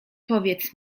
powiedz